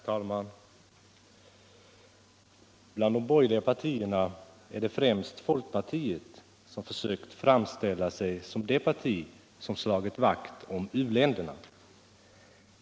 Herr talman! Bland de borgerliga partierna har främst folkpartiet försökt framställa sig såsom det parti som slagit vakt om u-länderna.